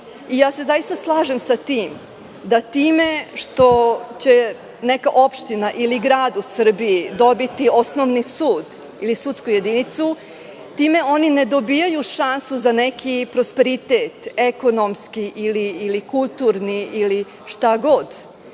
ili ne. Zaista se slažem sa tim da time što će neka opština ili grad u Srbiji dobiti osnovni sud ili sudsku jedinicu, time oni ne dobijaju šansu za neki prosperitet ekonomski ili kulturni, ili šta god.